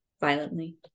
Violently